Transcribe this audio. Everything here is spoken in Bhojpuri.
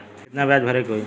कितना ब्याज भरे के होई?